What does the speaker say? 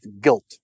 guilt